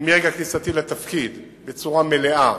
מרגע כניסתי לתפקיד בצורה מלאה